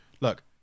look